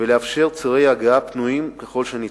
ולאפשר צירי הגעה פנויים ככל שניתן,